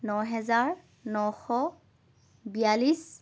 নহেজাৰ নশ বিৰাল্লিছ